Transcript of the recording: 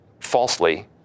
falsely